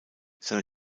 seine